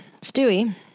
Stewie